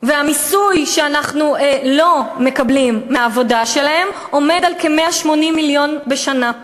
המיסוי שאנחנו לא מקבלים מהעבודה שלהם עומד על כ-180 מיליון שקלים בשנה.